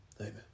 Amen